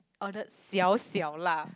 ordered 小小辣